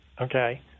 Okay